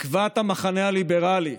תקוות המחנה הליברלי.